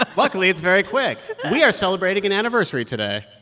ah luckily, it's very quick. we are celebrating an anniversary today